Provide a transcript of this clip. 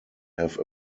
have